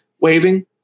waving